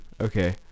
okay